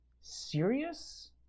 serious